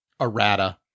errata